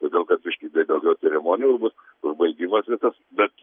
todėl kad biškį tai daugiau ceremonijų bus užbaigimas visas bet